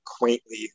quaintly